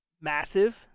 massive